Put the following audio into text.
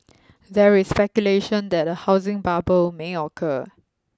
there is speculation that a housing bubble may occur